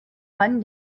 fun